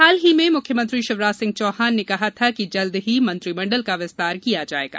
हाल ही में मुख्यमंत्री शिवराज सिंह चौहान ने कहा था कि जल्द ही मंत्रिमण्डल का विस्तार किया जाएगा